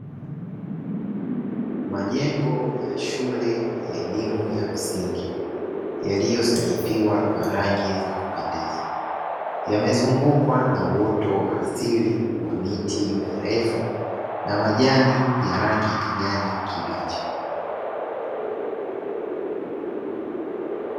Majengo ya shule ya elimu ya msingi yaliyosanifiwa kwa rangi za kupendeza, yamezungukwa na uoto wa asili wa miti mirefu, na majani ya rangi ya kijani kibichi.